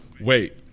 wait